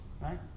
right